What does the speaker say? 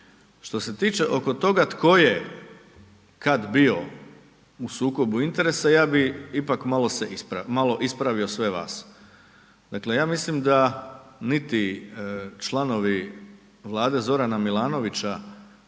Što se tiče oko toga tko je kad bio u sukobu interesa, ja bi ipak malo ispravio sve vas. Dakle, ja mislim da niti članovi Vlade Zorana Milanovića